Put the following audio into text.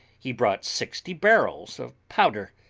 he brought sixty barrels of powder,